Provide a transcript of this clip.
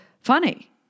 funny